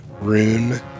Rune